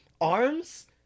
Arms